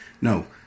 No